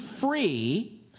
free